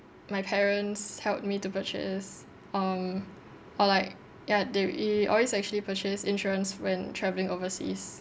my parents helped me to purchase um or like ya they always actually purchase insurance when travelling overseas